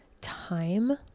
time